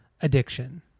addiction